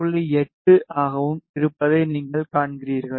8 ஆகவும் இருப்பதை நீங்கள் காண்கிறீர்கள்